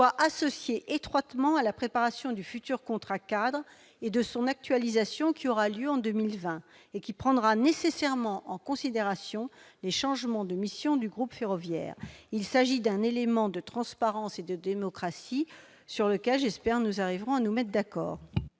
associés étroitement à la préparation du futur contrat-cadre et de son actualisation, qui aura lieu en 2020. Celle-ci devra nécessairement prendre en considération les changements de mission du groupe ferroviaire. C'est un élément de transparence et de démocratie, sur lequel, je l'espère, nous arriverons à nous mettre d'accord.